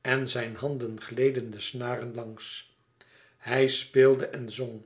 en zijn handen gleden de snaren langs hij speelde en zong